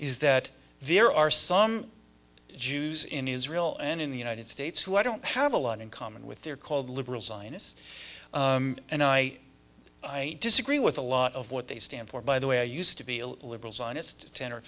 is that there are some jews in israel and in the united states who i don't have a lot in common with they're called liberal scientists and i disagree with a lot of what they stand for by the way i used to be a liberal zionist ten or